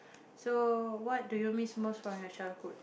so what do you miss most from your childhood